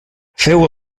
féu